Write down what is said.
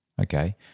Okay